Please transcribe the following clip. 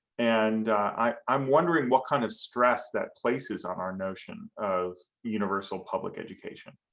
and i'm wondering what kind of stress that places on our notion of universal public education?